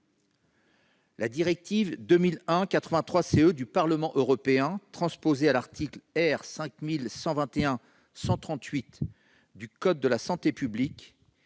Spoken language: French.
La directive 2001/83/CE du Parlement européen, transposée à l'article R. 5121-138 du code de la santé publique,